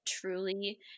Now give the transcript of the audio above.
truly